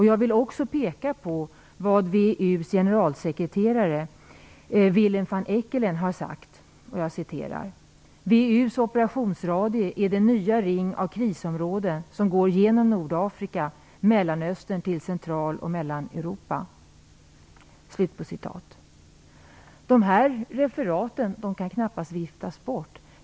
Jag vill också peka på vad VEU:s generalsekreterare Willem van Eekelen har sagt: "VEU:s operationsradie är den nya ring av krisområden som går från Nordafrika, Mellanöstern till Central och Mellaneuropa." De här uttalandena kan knappast viftas bort.